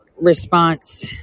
response